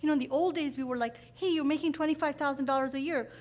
you know in the old days, we were like, hey, you're making twenty five thousand dollars a year.